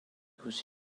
his